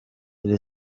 iri